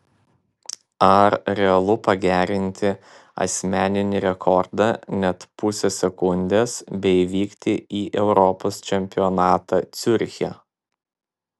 ar realu pagerinti asmeninį rekordą net pusę sekundės bei vykti į europos čempionatą ciuriche